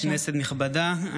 כנסת נכבדה,